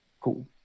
cool